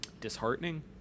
disheartening